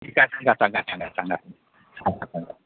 ठीक आहे सांगा सांगा सांगा सांगा सांगा सांगा